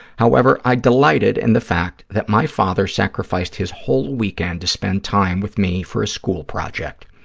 however, i delighted in the fact that my father sacrificed his whole weekend to spend time with me for a school project.